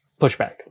pushback